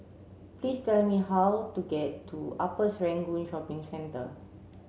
please tell me how to get to Upper Serangoon Shopping Centre